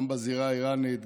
גם בזירה האיראנית,